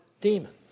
demons